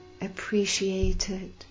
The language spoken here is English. appreciated